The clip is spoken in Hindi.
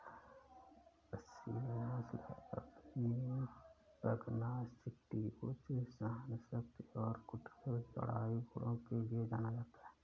असील नस्ल अपनी पगनासिटी उच्च सहनशक्ति और कुटिल लड़ाई गुणों के लिए जाना जाता है